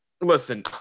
listen